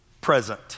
Present